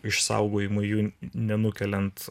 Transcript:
išsaugojimui jų nenukeliant